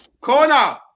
corner